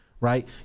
right